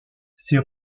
ses